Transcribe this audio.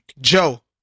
Joe